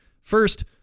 First